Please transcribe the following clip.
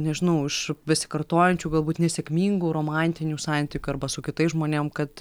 nežinau iš besikartojančių galbūt nesėkmingų romantinių santykių arba su kitais žmonėm kad